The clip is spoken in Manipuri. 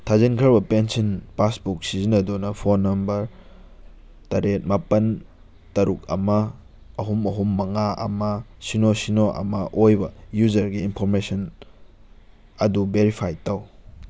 ꯊꯥꯖꯤꯟꯈ꯭ꯔꯕ ꯄꯦꯟꯁꯤꯟ ꯄꯥꯁꯕꯨꯛ ꯁꯤꯖꯤꯟꯅꯗꯨꯅ ꯐꯣꯟ ꯅꯝꯕꯔ ꯇꯔꯦꯠ ꯃꯥꯄꯟ ꯇꯔꯨꯛ ꯑꯃ ꯑꯍꯨꯝ ꯑꯍꯨꯝ ꯃꯉꯥ ꯑꯃ ꯁꯤꯅꯣ ꯁꯤꯅꯣ ꯑꯃ ꯑꯣꯏꯕ ꯌꯨꯖꯔꯒꯤ ꯏꯟꯐꯣꯔꯃꯦꯁꯟ ꯑꯗꯨ ꯚꯦꯔꯤꯐꯥꯏ ꯇꯧ